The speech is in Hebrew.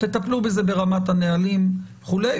תטפלו בזה ברמת הנהלים וכולי.